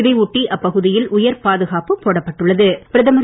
இதை ஒட்டி அப்பகுதியில் உயர் பாதுகாப்பு போடப்பட்டுள்ளது